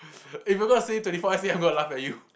if you not saying twenty four essay I'm going to laugh at you